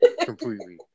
completely